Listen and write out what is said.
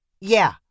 Yeah